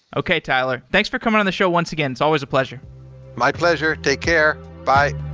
okay, tyler. thanks for coming on the show once again. it's always a pleasure my pleasure. take care. bye.